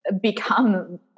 become